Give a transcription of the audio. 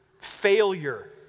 failure